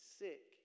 sick